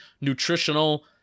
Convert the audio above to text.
nutritional